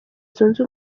zunze